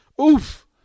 Oof